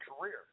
career